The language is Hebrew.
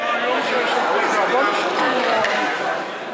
להביע אי-אמון בממשלה לא נתקבלה.